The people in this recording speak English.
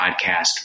podcast